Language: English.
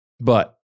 but-